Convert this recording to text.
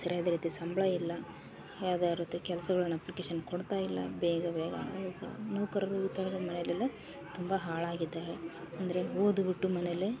ಸರಿಯಾದ ರೀತಿ ಸಂಬಳ ಇಲ್ಲ ಯಾವುದೇ ರೀತಿ ಕೆಲ್ಸಗಳನ್ ಅಪ್ಲಿಕೇಶನ್ ಕೊಡ್ತಾಯಿಲ್ಲ ಬೇಗ ಬೇಗ ನೌಕ ನೌಕರರು ಇತರರು ಮನೆಲೆಲ್ಲ ತುಂಬ ಹಾಳಾಗಿದ್ದಾರೆ ಅಂದರೆ ಓದಿಬಿಟ್ಟು ಮನೆಯಲ್ಲೆ